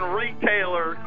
retailer